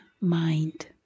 mind